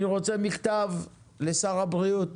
אני רוצה מכתב לשר הבריאות